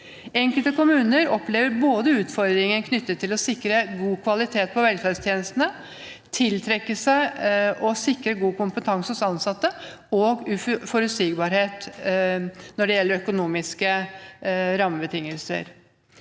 Enkelte kommuner opplever både utfordringer knyttet til å sikre god kvalitet på velferdstjenestene, å tiltrekke seg og sikre god kompetanse hos ansatte, og uforutsigbarhet når det gjelder økonomiske rammebetingelser.